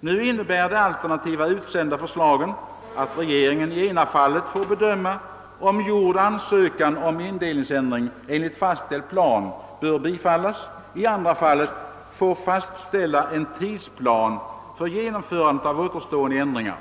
Nu innebär de alternativa utsända förslagen, att regeringen i ena fallet får bedöma huruvida gjord ansökan om indelningsändring enligt fastställd plan bör bifallas, i andra fallet får fastställa en tidsplan för genomförandet av återstående ändringar.